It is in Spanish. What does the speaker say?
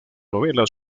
novela